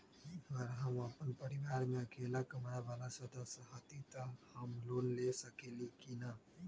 अगर हम अपन परिवार में अकेला कमाये वाला सदस्य हती त हम लोन ले सकेली की न?